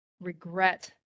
regret